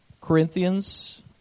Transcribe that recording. Corinthians